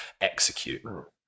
execute